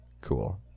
Cool